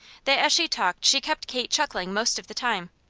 that as she talked she kept kate chuckling most of the time.